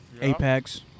Apex